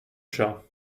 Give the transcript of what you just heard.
chat